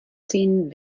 ziehen